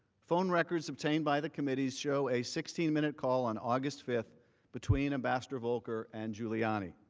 phone records obtained by the committees show a sixteen minute call on august fifth between ambassador volker and giuliani.